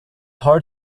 hard